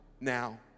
now